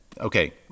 okay